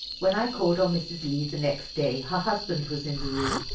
when i called on mrs. lee the next day, her husband was in the room,